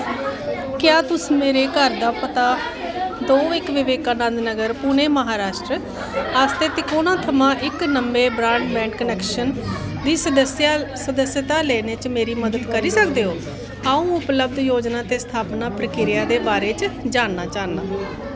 क्या तुस मेरे घर दा पता दो इक विवेकानंद नगर पुणे महाराश्ट्र आस्तै तिकोना थमां इक नमें ब्राडबैंड क्नैक्शन दी सदस्यता लैने च मेरी मदद करी सकदे ओ अ'ऊं उपलब्ध योजनां ते स्थापना प्रक्रिया दे बारे च जानना चाह्न्नां